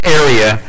area